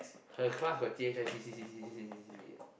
her class got C H I C C C C C C eh